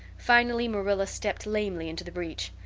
finally marilla stepped lamely into the breach.